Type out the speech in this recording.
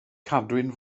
cadwyn